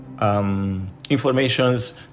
informations